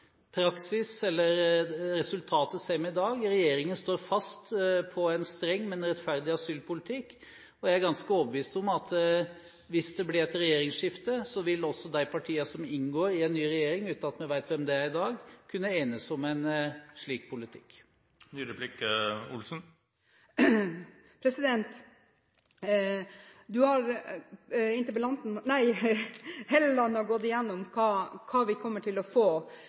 Praksis eller resultatet ser vi i dag: Regjeringen står fast på en streng, men rettferdig asylpolitikk, og jeg er ganske overbevist om at hvis det blir et regjeringsskifte, vil også de partiene som inngår i en ny regjering, uten at vi vet hvem det er i dag, kunne enes om en slik politikk. Helleland har gått gjennom hva vi kommer til å få